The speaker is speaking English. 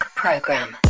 program